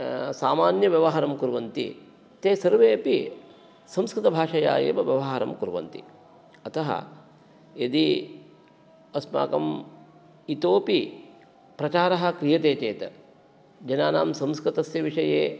सामान्यव्यवहारं कुर्वन्ति ते सर्वे अपि संस्कृतभाषया एव व्यवहारं कुर्वन्ति अतः यदि अस्माकम् इतोपि प्रचारः क्रियते चेत् जनानां संस्कृतस्य विषये